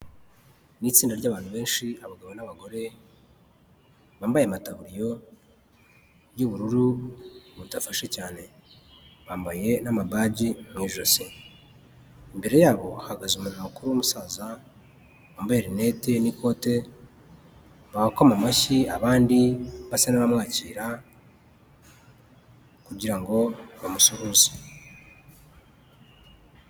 Ni itsinda ry'abantu benshi abagabo n'abagore, bambaye amataburiya y'ubururu budafashe cyane, bambaye n'amabaji mu ijosi, imbere yabo hahagaze umuntu mukuru w'umusaza wambaye rinete n'ikote, barakoma amashyi abandi basa n'abamwakira kugira ngo bamucuruhuze.